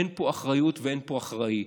אין פה אחריות ואין פה אחראי.